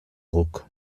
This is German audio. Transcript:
ruck